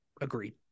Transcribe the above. agreed